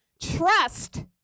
Trust